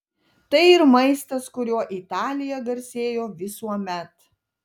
tai ir maistas kuriuo italija garsėjo visuomet